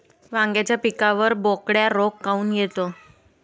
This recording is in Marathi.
वांग्याच्या पिकावर बोकड्या रोग काऊन येतो?